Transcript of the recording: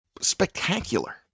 spectacular